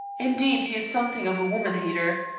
indeed, he is something of a woman-hater.